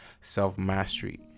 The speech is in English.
self-mastery